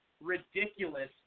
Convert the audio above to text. ridiculous